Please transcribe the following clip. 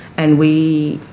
and we